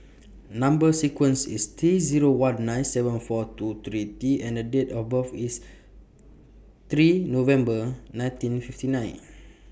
Number sequence IS T Zero one nine seven four two three T and Date of birth IS three November nineteen fifty nine